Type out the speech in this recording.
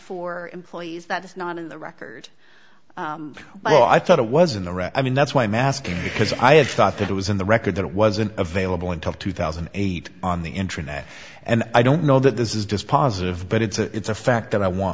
for employees that is not in the record well i thought it was in the red i mean that's why i'm asking because i had thought that it was in the record that it wasn't available until two thousand and eight on the internet and i don't know that this is just positive but it's a fact that i want